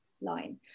line